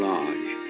Lodge